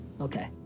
Okay